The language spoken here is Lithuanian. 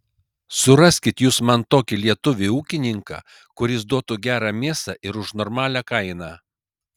suraskit jūs man tokį lietuvį ūkininką kuris duotų gerą mėsą ir už normalią kainą